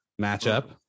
matchup